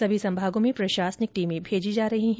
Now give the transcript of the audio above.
सभी संभागों में प्रशासनिक टीमें भेजी जा रही है